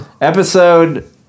Episode